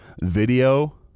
video